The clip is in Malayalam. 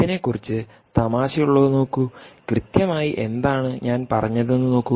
ഇതിനെക്കുറിച്ച് തമാശയുള്ളത് നോക്കൂകൃത്യമായി എന്താണ് ഞാൻ പറഞ്ഞതെന്ന് നോക്കൂ